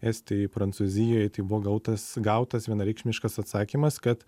estijoj prancūzijoj tai buvo gautas gautas vienareikšmiškas atsakymas kad